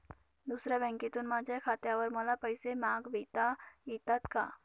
दुसऱ्या बँकेतून माझ्या खात्यावर मला पैसे मागविता येतात का?